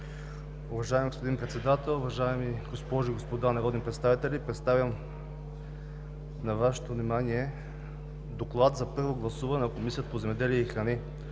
Уважаеми господин Председател, уважаеми госпожи и господа народни представители! Представям на Вашето внимание: „ДОКЛАД за първо гласуване на Комисията по земеделието и храните